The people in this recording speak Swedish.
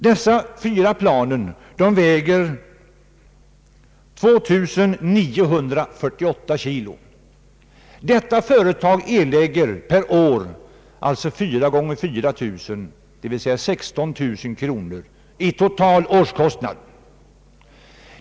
Dessa fyra plan väger 2948 kg vartdera. Detta företag erlägger alltså för årskorten 4 Xx 4000, d.v.s. 16 000 kronor i total årskostnad.